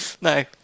No